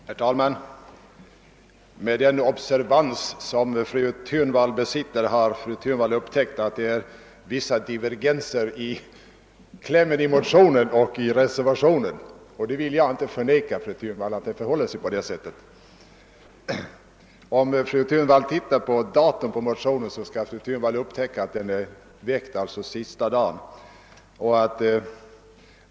Herr talman! Med den observationsförmåga som fru Thunvall besitter har fru Thunvall upptäckt att det förekommer divergenser mellan motionens kläm och reservationen. Jag vill inte förneka att det förhåller sig på det sättet. Om fru Thunvall tittar på när motionen väcktes, skall hon upptäcka att den inlämnades sista motionsdagen.